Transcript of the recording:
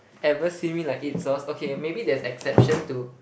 ever seen me like eat sauce okay maybe there's exception to